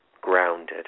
grounded